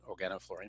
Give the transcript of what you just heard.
organofluorine